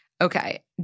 Okay